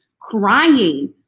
crying